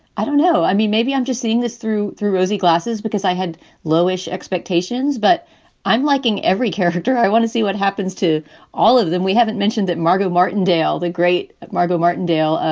i don't know. i mean, maybe i'm just seeing this through through rosy glasses because i had lowish expectations. but i'm liking every character. i want to see what happens to all of them. we haven't mentioned that margo martindale, the great margo martindale,